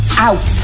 out